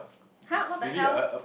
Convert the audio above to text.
[huh] what the hell